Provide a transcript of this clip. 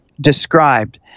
described